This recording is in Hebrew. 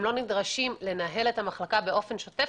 הם לא נדרשים לנהל את המחלקה באופן שוטף.